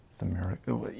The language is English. America